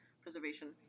preservation